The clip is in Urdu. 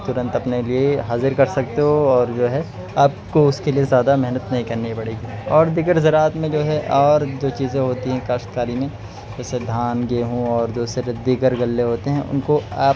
ترنت اپنے لیے حاضر کر سکتے ہو اور جو ہے آپ کو اس کے لیے زیادہ محنت نہیں کرنی پڑے گی اور دیگر زراعت میں جو ہے اور جو چیزیں ہوتی ہیں کاشتکاری میں جیسے دھان گیہوں اور دوسرے دیگر غلّے ہوتے ہیں ان کو آپ